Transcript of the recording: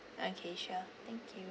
okay sure thank you